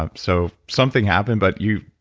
ah so something happened, but you.